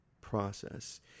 process